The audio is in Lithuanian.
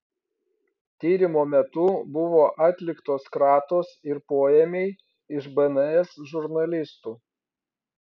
tyrimo metu buvo atliktos kratos ir poėmiai iš bns žurnalistų